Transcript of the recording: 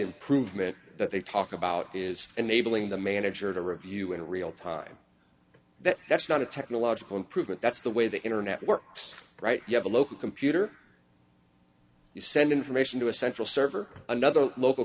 improvement that they talk about is enabling the manager to review in real time that that's not a technological improvement that's the way the internet works right you have a local computer you send information to a central server another local